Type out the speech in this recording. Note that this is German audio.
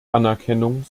anerkennung